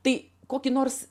tai kokį nors